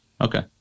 okay